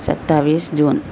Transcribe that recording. ستاٮٔیس جون